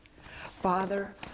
Father